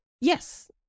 Yes